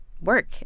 work